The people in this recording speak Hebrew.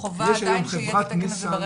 חובה עדיין שיהיה את התקן הזה ברכב.